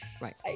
right